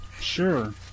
sure